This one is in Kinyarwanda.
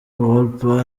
wolper